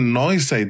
noise